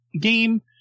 game